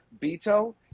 Beto